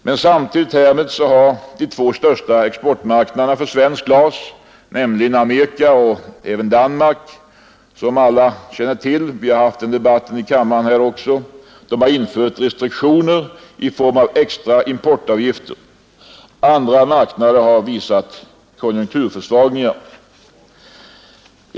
Men samtidigt härmed har de två största exportmarknaderna för svenskt glas, nämligen USA och Danmark, som alla känner till — vi har haft en debatt också om det här i kammaren — infört restriktioner i form av extra importavgifter. Andra marknader har visat konjunkturförsvagningar.